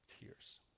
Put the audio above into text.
tears